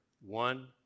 one